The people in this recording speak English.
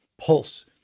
pulse